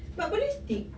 but boleh stick